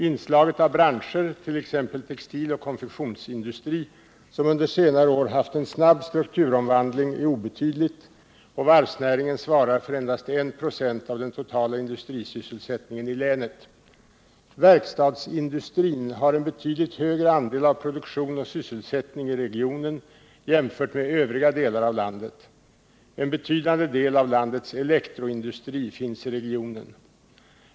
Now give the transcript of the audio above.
Inslaget av branscher, t.ex. textiloch konfektionsindustri, som under senare år haft en snabb strukturomvandling, är obetydligt och varvsnäringen svarar för endast 1 96 av den totala industrisysselsättningen i länet. Verkstadsindustrin har en betydligt större andel av produktion och sysselsättning i regionen jämfört med övriga delar av landet. En betydande del av landets elektroindustri finns i regionen.